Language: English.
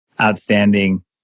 Outstanding